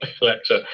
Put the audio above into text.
lecture